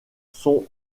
sont